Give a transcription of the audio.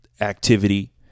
activity